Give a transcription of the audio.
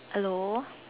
hello